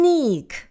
Sneak